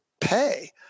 pay